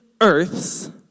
earths